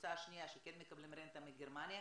הקבוצה השנייה שכן מקבלים רנטה מגרמניה,